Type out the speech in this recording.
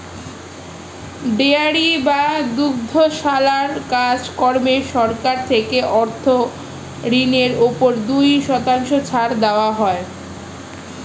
dairy বা দুগ্ধশালার কাজ কর্মে সরকার থেকে অর্থ ঋণের উপর দুই শতাংশ ছাড় দেওয়া হয়